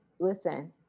Listen